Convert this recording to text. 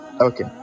okay